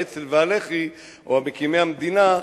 האצ"ל והלח"י או מקימי המדינה,